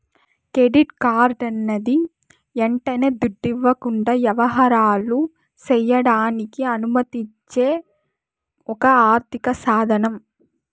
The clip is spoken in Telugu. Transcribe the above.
కెడిట్ కార్డన్నది యంటనే దుడ్డివ్వకుండా యవహారాలు సెయ్యడానికి అనుమతిచ్చే ఒక ఆర్థిక సాదనం